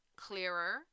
clearer